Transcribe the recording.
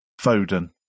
Foden